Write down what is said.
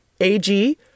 AG